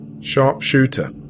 Sharpshooter